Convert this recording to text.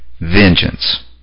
vengeance